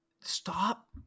stop